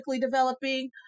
developing